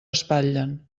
espatllen